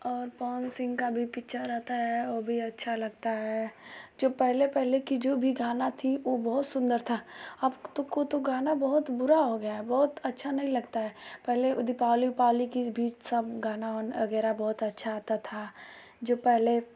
और पवन सिंह का भी पिक्चर आता है वो भी अच्छा लगता है जो पहले पहले की जो भी गाना थी वो बहुत सुंदर था अब को तो गाना बहुत बुरा हो गया बहुत अच्छा नहीं लगता है पहले दीपावली उपावली का भी सब गाना वगैरह बहुत अच्छा आता था जो पहले